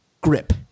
grip